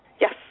Yes